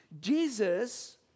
Jesus